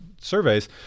surveys